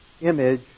image